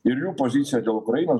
ir jų pozicija dėl ukrainos